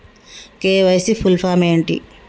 KYC full form ఏంటి?